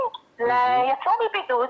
יצאו מבידוד,